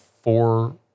four –